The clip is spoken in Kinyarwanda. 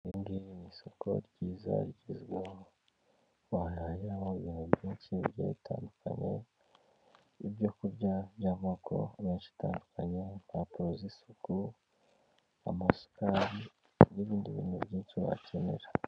Ni isoko ryiza rigezweho wahahira mu bintu byinshi byari bitandukanye, ibyo kurya by'amoko menshi atandukanye n'impapuro z'isuku, amasukari n'ibindi bintu byinshi wakenera.